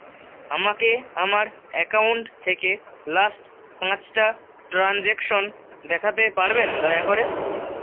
আমাকে আমার অ্যাকাউন্ট থেকে লাস্ট পাঁচটা ট্রানজেকশন দেখাতে পারবেন দয়া করে